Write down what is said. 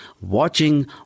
watching